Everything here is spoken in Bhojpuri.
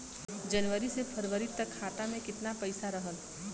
जनवरी से फरवरी तक खाता में कितना पईसा रहल?